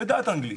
הם יודעים אנגלית.